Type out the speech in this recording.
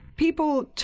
People